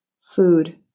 Food